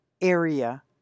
area